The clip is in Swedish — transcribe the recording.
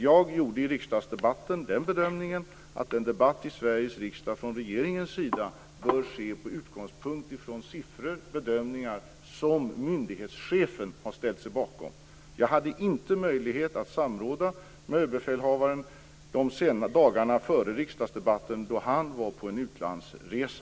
Jag gjorde i riksdagsdebatten den bedömningen att en debatt i Sveriges riksdag från regeringens sida bör ske med utgångspunkt i siffror och bedömningar som myndighetschefen har ställt sig bakom. Jag hade inte möjlighet att samråda med överbefälhavaren dagarna före riksdagsdebatten då han var på en utlandsresa.